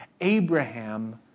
Abraham